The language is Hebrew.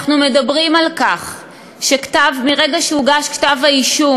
אנחנו מדברים על כך שמרגע שהוגש כתב-האישום,